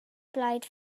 blaid